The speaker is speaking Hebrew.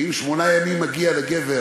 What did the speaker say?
שאם מגיעים לגבר